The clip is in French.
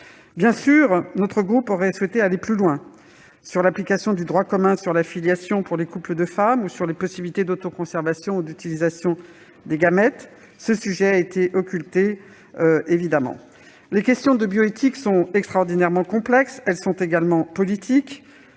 Bien entendu, notre groupe aurait souhaité aller plus loin sur l'application du droit commun relatif à la filiation pour les couples de femmes ou sur les possibilités d'autoconservation ou d'utilisation des gamètes. Le sujet a évidemment été occulté. Les questions de bioéthique sont extraordinairement complexes. Elles sont également politiques.